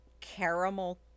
caramel